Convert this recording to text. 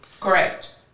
Correct